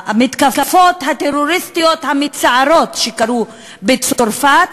המתקפות הטרוריסטיות המצערות שקרו בצרפת,